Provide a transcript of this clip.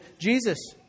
jesus